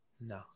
No